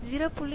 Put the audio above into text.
0